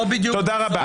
תודה רבה.